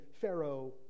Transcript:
Pharaoh